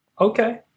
Okay